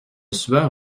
sueur